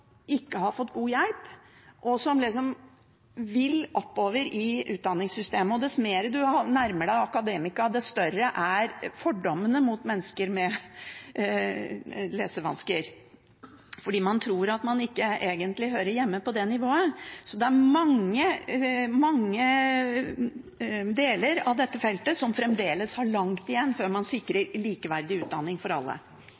vil oppover i utdanningssystemet. Dess mer man nærmer seg akademia, dess større er fordommene mot mennesker med lesevansker, fordi man tror at disse egentlig ikke hører hjemme på det nivået. Så det er mange deler av dette feltet der man fremdeles har langt igjen før man